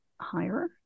higher